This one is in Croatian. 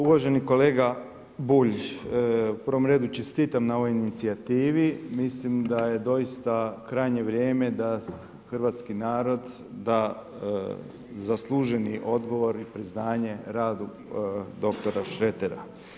Uvaženi kolega Bulj, u prvom redu čestitam na ovoj inicijativi, mislim da je doista krajnje vrijeme da Hrvatski narod da zasluženi odgovori, priznanje radu dr. Šretera.